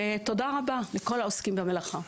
תודה רבה לכל העוסקים במלאכה.